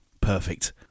Perfect